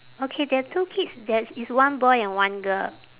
okay there are two kids that's it's one boy and one girl